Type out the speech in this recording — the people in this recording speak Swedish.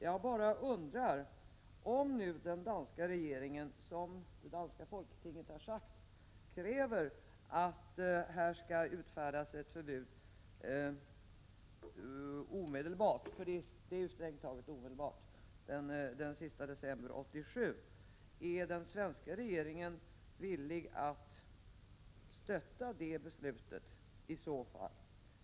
Vad händer om den danska regeringen, som det danska folketinget har sagt, kräver att det skall utfärdas ett förbud omedelbart? Den sista december 1987 innebär strängt taget omedelbart. Är den svenska regeringen i så fall villig att stötta det beslutet?